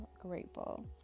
grateful